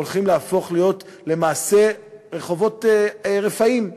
הולכים להפוך להיות למעשה רחובות רפאים.